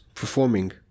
Performing